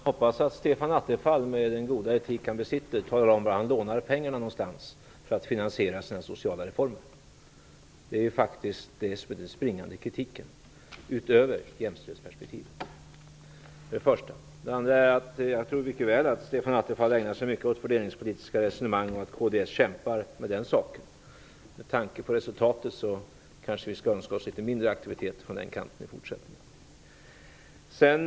Herr talman! Jag hoppas att Stefan Attefall, med den goda etik han besitter, talar om var han lånar pengarna för att finansiera sina sociala reformer. Det är faktiskt den springande punkten i kritiken, utöver jämställdhetsperspektivet. Det är det första. Det andra är att jag mycket väl tror att Stefan Attefall ägnar sig åt fördelningspolitiska resonemang och att kds kämpar med den saken. Med tanke på resultatet kanske vi skall önska oss litet mindre aktivitet på den kanten i fortsättningen.